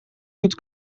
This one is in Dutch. doet